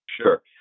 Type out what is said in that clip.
Sure